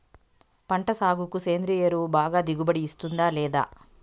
పంట సాగుకు సేంద్రియ ఎరువు బాగా దిగుబడి ఇస్తుందా లేదా